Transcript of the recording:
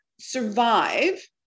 survive